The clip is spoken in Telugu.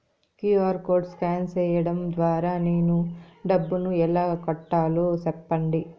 క్యు.ఆర్ కోడ్ స్కాన్ సేయడం ద్వారా నేను డబ్బును ఎలా కట్టాలో సెప్పండి?